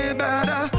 better